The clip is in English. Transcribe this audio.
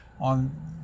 on